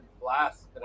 Blast